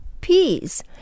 peas